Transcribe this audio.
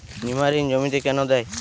নিমারিন জমিতে কেন দেয়?